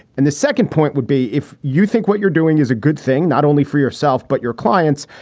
and the second point would be if you think what you're doing is a good thing not only for yourself, but your clients.